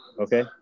Okay